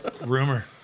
Rumor